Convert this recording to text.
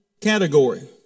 category